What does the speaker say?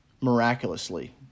miraculously